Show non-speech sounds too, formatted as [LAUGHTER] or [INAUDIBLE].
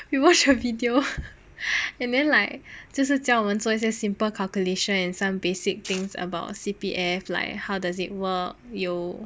[LAUGHS] we watch [LAUGHS] her video [LAUGHS] and then like 就是叫我们做一些 simple calculation and some basic things about C_P_F like how does it work 有